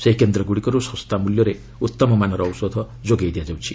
ସେହି କେନ୍ଦ୍ରଗୁଡ଼ିକରୁ ଶସ୍ତା ମୂଲ୍ୟରେ ଉତ୍ତମ ମାନର ଔଷଧ ଯୋଗାଇ ଦିଆଯାଉଛି